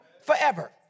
forever